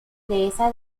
dehesa